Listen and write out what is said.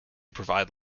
provide